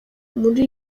muri